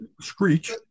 screech